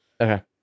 Okay